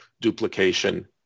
duplication